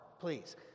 please